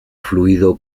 fluido